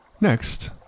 next